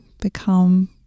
become